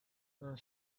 her